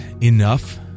enough